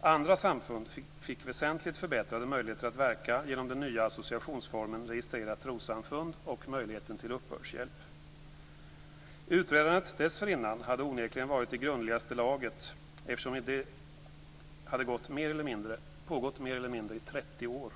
Andra samfund fick väsentligt förbättrade möjligheter att verka genom den nya associationsformen registrerat trossamfund och möjligheten till uppbördshjälp. Utredandet dessförinnan hade onekligen varit i grundligaste laget eftersom det mer eller mindre pågått i 30 år.